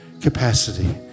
capacity